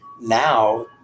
now